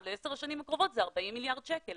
לעשר השנים הקרובות זה 40 מיליארד שקל.